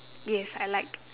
yes I like